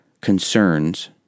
concerns